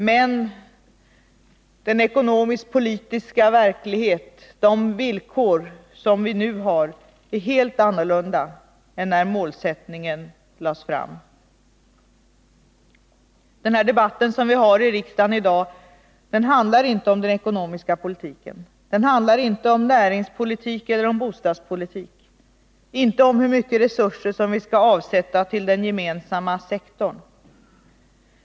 Men de ekonomiskpolitiska villkor som nu gäller är helt annorlunda än när den här målsättningen lades fast. Dagens riksdagsdebatt handlar inte om den ekonomiska politiken, den handlar inte om näringspolitik eller om bostadspolitik, inte om hur mycket resurser vi skall avsätta till den gemensamma sektorn.